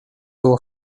było